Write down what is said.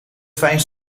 fijn